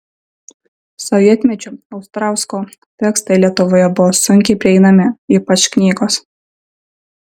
sovietmečiu ostrausko tekstai lietuvoje buvo sunkiai prieinami ypač knygos